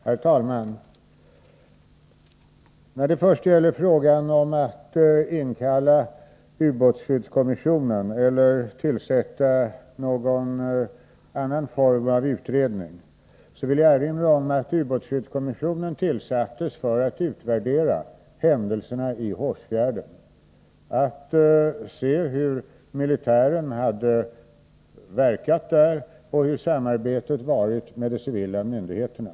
Herr talman! När det gäller frågan om att inkalla ubåtsskyddskommissionen eller tillsätta någon annan utredning vill jag erinra om att ubåtsskyddskommissionen tillsattes för att utvärdera händelserna i Hårsfjärden och för att se hur militären hade verkat där och hur samarbetet fungerat med de civila myndigheterna.